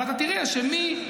אבל אתה תראה שמאוגוסט-ספטמבר,